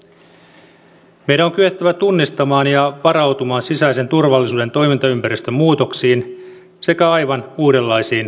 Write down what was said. meidän on kyettävä tunnistamaan ja varautumaan sisäisen turvallisuuden toimintaympäristön muutoksiin sekä aivan uudenlaisiin uhkatekijöihin